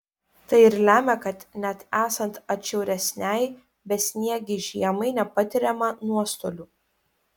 tai ir lemia kad net esant atšiauresnei besniegei žiemai nepatiriama nuostolių